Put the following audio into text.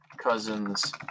Cousins